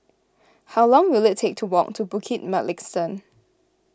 how long will it take to walk to Bukit Mugliston